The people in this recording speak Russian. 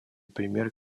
пример